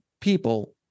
people